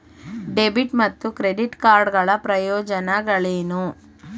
Debit ಮತ್ತು credit card ಗಳ ಪ್ರಯೋಜನಗಳೇನು?